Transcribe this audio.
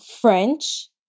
French